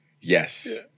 Yes